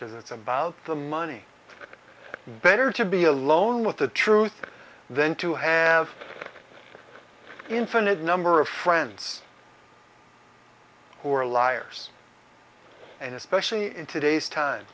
as it's about the money better to be alone with the truth and then to have an infinite number of friends who are liars and especially in today's time